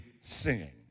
singing